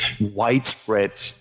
widespread